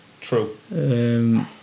True